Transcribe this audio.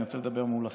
אני רוצה לדבר מול השר.